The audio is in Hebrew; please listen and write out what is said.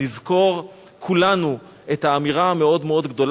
נזכור כולנו את האמירה המאוד-מאוד גדולה